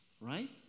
right